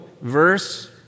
verse